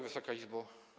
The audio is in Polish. Wysoka Izbo!